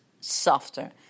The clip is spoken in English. softer